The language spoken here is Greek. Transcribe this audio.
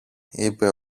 είπε